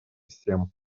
всем